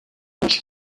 das